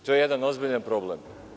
To je jedan ozbiljan problem.